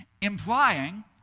implying